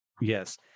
Yes